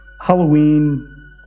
Halloween